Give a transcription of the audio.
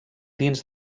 dins